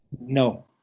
No